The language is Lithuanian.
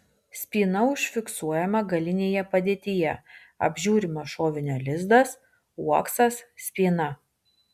spyna užfiksuojama galinėje padėtyje apžiūrimas šovinio lizdas uoksas spyna